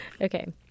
Okay